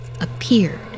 appeared